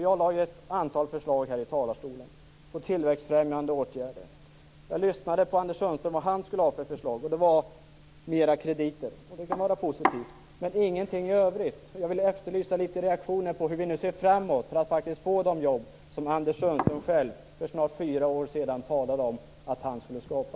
Jag lade ju fram ett antal förslag på tillväxtfrämjande åtgärder här i talarstolen. Jag lyssnade på vad Anders Sundström skulle ha för förslag. Det var mer krediter. Det kan vara positivt. Men han hade ingenting i övrigt. Jag vill efterlysa litet reaktioner på hur vi nu skall se framåt för att faktiskt få de jobb som Anders Sundström själv för snart fyra år sedan talade om att han skulle skapa.